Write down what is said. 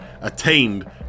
attained